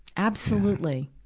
absolutely.